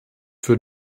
für